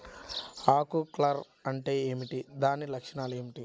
ఆకు కర్ల్ అంటే ఏమిటి? దాని లక్షణాలు ఏమిటి?